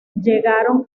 llegaron